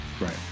Right